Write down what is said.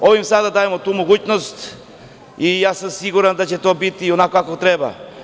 Ovim sada dajemo tu mogućnost i siguran sam da će to biti onako kako treba.